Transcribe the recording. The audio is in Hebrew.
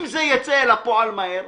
אם זה יצא אל הפועל מהר,